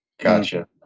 Gotcha